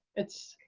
it's.